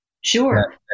Sure